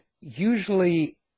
usually